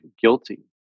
guilty